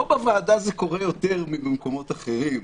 פה בוועדה זה קורה יותר מאשר במקומות אחרים.